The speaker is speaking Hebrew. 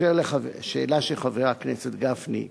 אשר לשאלה של חבר הכנסת גפני: